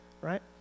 right